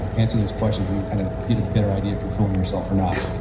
so answer those questions, and you kind of get a better idea if you're fooling yourself or not?